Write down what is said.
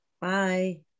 Bye